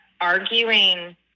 arguing